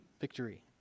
victory